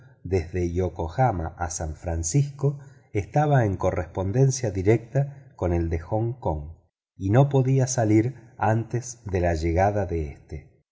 desde yokohama a san francisco estaba en correspondencia directa con el de hong kong y no podía salir antes de la llegada de éste